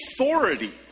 authority